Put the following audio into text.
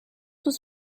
was